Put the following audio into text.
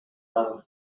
love